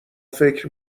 فکر